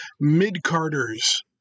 mid-carters